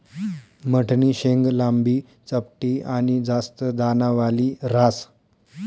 मठनी शेंग लांबी, चपटी आनी जास्त दानावाली ह्रास